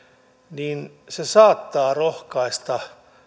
niin se saattaa rohkaista